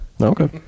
Okay